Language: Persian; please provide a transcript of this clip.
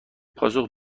پاسخ